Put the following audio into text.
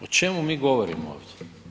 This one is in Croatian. O čemu mi govorimo ovdje?